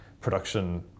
production